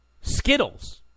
Skittles